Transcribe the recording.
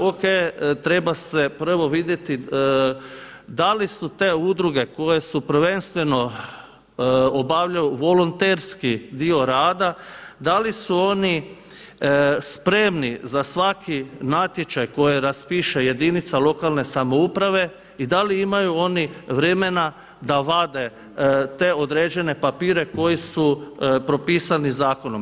O.K, treba prvo vidjeti da li su te udruge koje su prvenstveno, obavljaju volonterski dio rada, da li su oni spremni za svaki natječaj koji raspiše jedinica lokalne samouprave i da li imaju oni vremena da vade te određene papire koji su propisani zakonom.